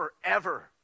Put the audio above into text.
forever